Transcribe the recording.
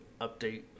update